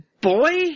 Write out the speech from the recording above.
boy